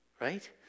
right